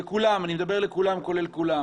ואני מדבר לכולם, כולל כולם